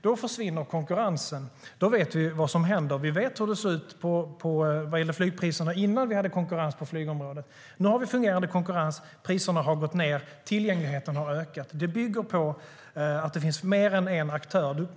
Då försvinner konkurrensen, och då vet vi vad som händer. Vi vet hur det såg ut vad gäller flygpriserna innan vi hade konkurrens på flygområdet. Nu har vi en fungerande konkurrens, priserna har gått ned och tillgängligheten har ökat. Det bygger på att det finns mer än en aktör.